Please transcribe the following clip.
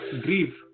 grief